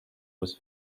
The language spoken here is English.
was